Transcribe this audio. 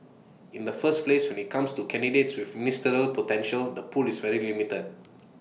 in the first place when IT comes to candidates with ministerial potential the pool is very limited